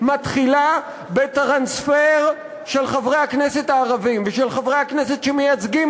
מתחילה בטרנספר של חברי הכנסת הערבים ושל חברי הכנסת שמייצגים